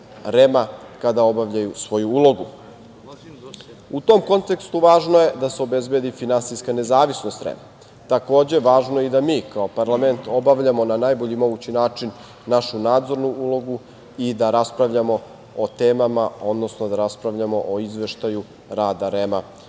kada obavljaju svoju ulogu.U tom kontekstu važno je da se obezbedi finansijska nezavisnost REM-a. Takođe, važno je i da mi kao parlament obavljamo na najbolji mogući način našu nadzornu ulogu i da raspravljamo o temama, odnosno da raspravljamo o izveštaju rada REM-a